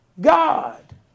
God